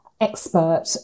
expert